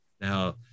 Now